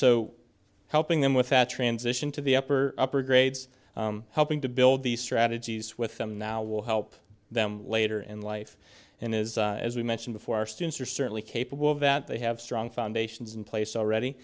so helping them with that transition to the upper upper grades helping to build these strategies with them now will help them later in life and is as we mentioned before our students are certainly capable of that they have strong foundations in place already